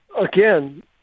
again